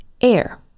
air